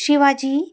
Shivaji